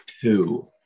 two